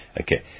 okay